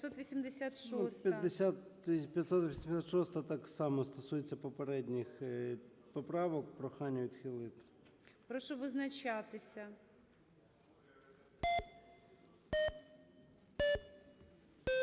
586-а так само стосується попередніх поправок. Прохання відхилити. ГОЛОВУЮЧИЙ. Прошу визначатися.